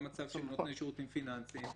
גם הצו של נותני שירותים פיננסיים.